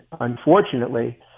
unfortunately